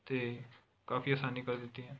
ਅਤੇ ਕਾਫੀ ਆਸਾਨੀ ਕਰ ਦਿੱਤੀ ਹੈ